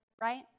right